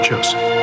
joseph